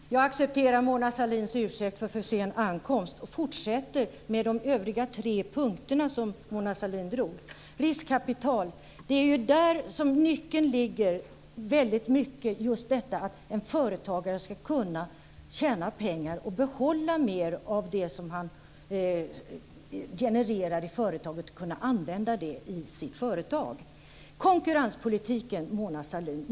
Herr talman! Jag accepterar Mona Sahlins ursäkt för för sen ankomst. Jag fortsätter med de övriga tre punkterna som Mona Sahlin tog upp. Nästa punkt handlade om riskkapital. Det är ju där som nyckeln ligger. En företagare ska kunna tjäna pengar och behålla mer av det som genereras i företaget och använda det i sitt företag. Sedan tog Mona Sahlin upp konkurrenspolitiken.